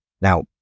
Now